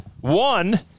One